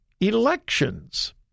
elections